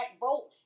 vote